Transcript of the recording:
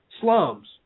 slums